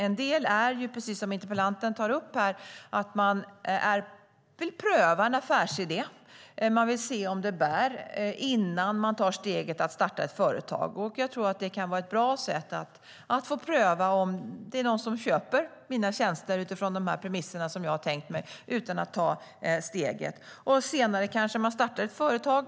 En del är, precis som interpellanten tar upp här, att man vill pröva en affärsidé och se om den bär innan man tar steget att starta företag. Jag tror att det kan vara ett bra sätt att pröva om det är någon som köper ens tjänster utifrån de premisser man har tänkt sig utan att ta det steget. Senare kanske man startar företag.